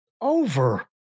Over